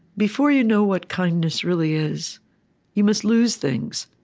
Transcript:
before you know what kindness really is you must lose things,